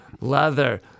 Leather